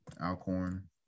Alcorn